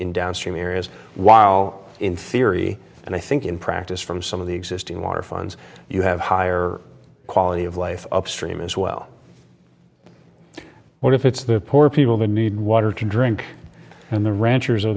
in downstream areas while in theory and i think in practice from some of the existing water funds you have higher quality of life upstream as well what if it's the poor people that need water to drink and the ranchers